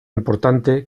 importante